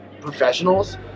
professionals